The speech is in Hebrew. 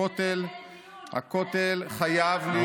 הכותל חייב להיות,